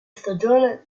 stagione